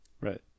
Right